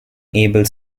able